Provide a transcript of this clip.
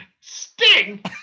Sting